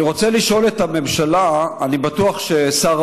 אני רוצה לשאול את הממשלה,